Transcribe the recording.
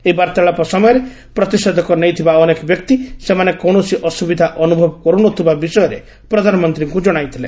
ଏହି ବାର୍ତ୍ତାଳାପ ସମୟରେ ପ୍ରତିଷେଧକ ନେଇଥିବା ଅନେକ ବ୍ୟକ୍ତି ସେମାନେ କୌଣସି ଅସୁବିଧା ଅନୁଭବ କରୁନଥିବା ବିଷୟରେ ପ୍ରଧାନମନ୍ତ୍ରୀଙ୍କୁ ଜଣାଇଥିଲେ